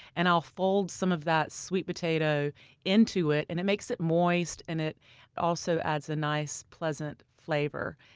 and i'll fold some of that sweet potato into it. and it makes it moist and it also adds a nice, pleasant flavor.